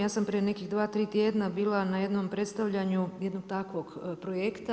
Ja sam prije nekih dva, tri tjedna bila na jednom predstavljanju jednog takvog projekta.